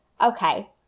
okay